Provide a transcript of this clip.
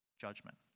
judgment